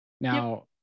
Now